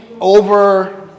over